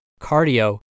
cardio